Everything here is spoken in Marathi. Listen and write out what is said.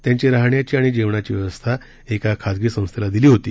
त्यांची राहण्याची आणि जेवणाची व्यवस्था एका खाजगी संस्थेला दिली होती